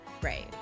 brave